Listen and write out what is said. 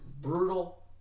brutal